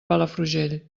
palafrugell